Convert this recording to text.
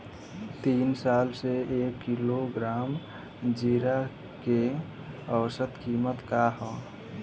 तीन साल से एक किलोग्राम खीरा के औसत किमत का ह?